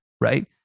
right